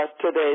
today